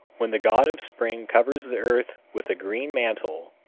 when the god of spring covers the earth with a green mantle,